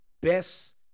best